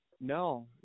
no